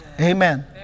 Amen